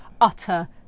utter